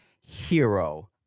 Hero